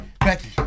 Becky